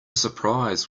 surprise